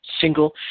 single